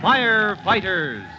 Firefighters